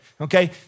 okay